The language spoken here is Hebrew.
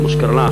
כמו שקרה לך,